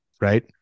right